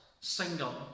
single